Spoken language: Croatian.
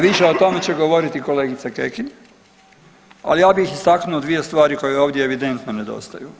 Više o tome će govoriti kolegica Kekin, al ja bih istaknuo dvije stvari koje ovdje evidentno nedostaju.